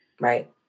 Right